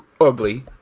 ugly